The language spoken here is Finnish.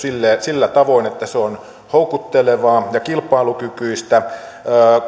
sillä tavoin että se on houkuttelevaa ja kilpailukykyistä